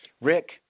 Rick